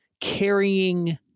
carrying